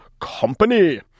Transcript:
company